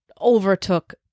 overtook